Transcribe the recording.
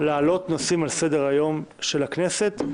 להעלות נושאים על סדר היום של הכנסת,